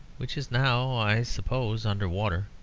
which is now, i suppose, under water.